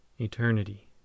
eternity